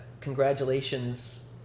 congratulations